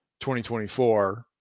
2024